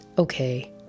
Okay